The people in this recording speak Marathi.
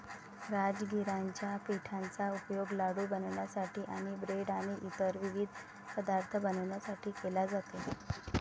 राजगिराच्या पिठाचा उपयोग लाडू बनवण्यासाठी आणि ब्रेड आणि इतर विविध पदार्थ बनवण्यासाठी केला जातो